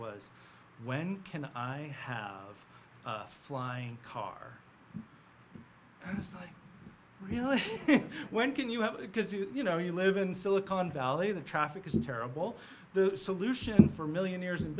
was when can i have a flying car and it's like really when can you have it because you know you live in silicon valley the traffic is terrible the solution for millionaires and